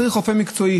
צריך רופא מקצועי.